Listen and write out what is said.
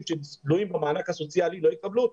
שתלויים במענק הסוציאלי לא יקבלו אותו.